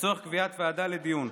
לצורך קביעת ועדה לדיון.